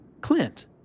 Clint